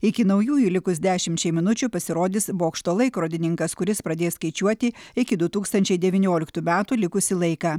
iki naujųjų likus dešimčiai minučių pasirodis bokšto laikrodininkas kuris pradės skaičiuoti iki du tūkstančiai devynioliktų metų likusį laiką